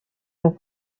اون